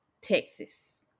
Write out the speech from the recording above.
Texas